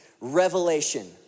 revelation